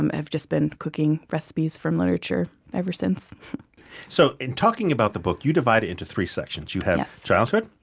um have just been cooking recipes from literature ever since so in talking about the book, you divide it into three sections you have childhood,